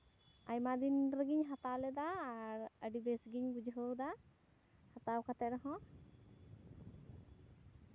ᱟᱭᱢᱟ ᱫᱤᱱ ᱨᱮᱜᱤᱧ ᱦᱟᱛᱟᱣ ᱞᱮᱫᱟ ᱟᱨ ᱟᱹᱰᱤ ᱵᱮᱥ ᱜᱤᱧ ᱵᱩᱡᱷᱟᱹᱣᱫᱟ ᱦᱟᱛᱟᱣ ᱠᱟᱛᱮᱫ ᱨᱮᱦᱚᱸ